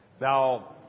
Now